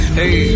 hey